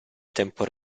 tempo